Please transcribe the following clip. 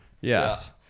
yes